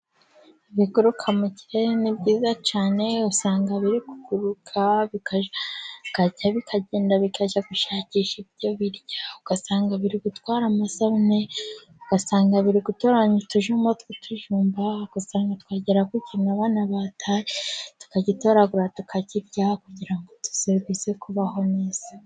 Ibiguruka mu kirere ni byiza cyane usanga biri kuguruka, bikajya bigenda bikajya gushakisha ibyo birya ugasanga biri gutwara amasabune, ugasanga biri gutoranranya utujema tw'tujumba, ugasanga twagera ku kintu abana bataye tukagitoragura tukakiryaha kugira ngo bize kubaho neza.